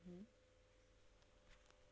hmm